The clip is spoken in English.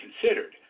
considered